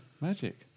Magic